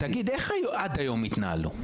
איך עד היום התנהלו?